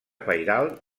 pairal